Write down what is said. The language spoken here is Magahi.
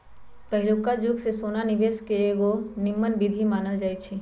पहिलुआ जुगे से सोना निवेश के एगो निम्मन विधीं मानल जाइ छइ